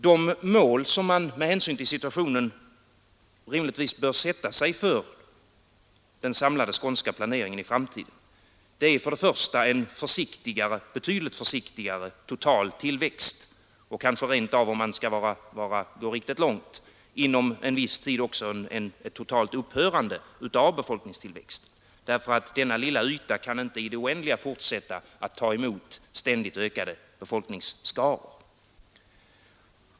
De mål som man med hänsyn till situationen rimligtvis bör sätta för den samlade Skånska planeringen i framtiden är för det första en betydligt försiktigare total tillväxt och kanske rent av, om man skall gå riktigt långt, inom en viss tid också ett totalt upphörande av befolkningstillväxten, därför att denna begränsade yta kan inte i det oändliga fortsätta att ta emot ständigt ökande befolkningsskaror.